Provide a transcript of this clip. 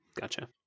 Gotcha